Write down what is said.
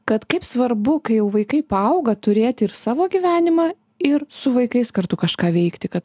kad kaip svarbu kai jau vaikai paauga turėti ir savo gyvenimą ir su vaikais kartu kažką veikti kad